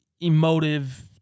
emotive